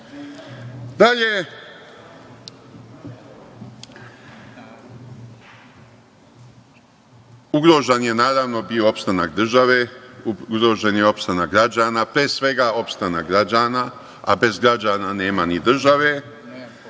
ugrožen je, naravno, bio opstanak države, ugrožen je opstanak građana, pre svega opstanak građana, a bez građana nema ni države.